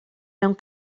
mewn